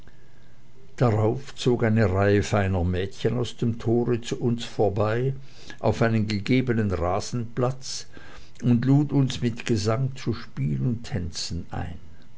darauf zog eine reihe feiner mädchen aus dem tore an uns vorbei auf einen geebneten rasenplatz und lud uns mit gesang zu spiel und tänzen ein